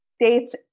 dates